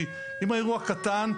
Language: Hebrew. כי אם האירוע קטן,